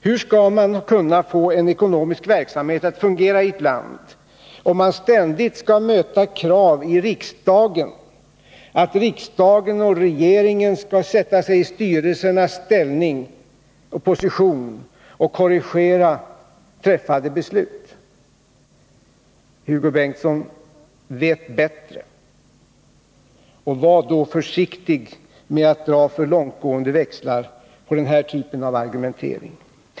Hur skall man kunna få en ekonomisk verksamhet att fungera i ett land, om man ständigt skall möta krav i riksdagen på att riksdag och regering skall sätta sig i styrelsernas position och korrigera träffade beslut? Hugo Bengtsson vet bättre. Och var då försiktig med att dra för långtgående växlar på den här typen av argumentering!